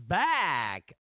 back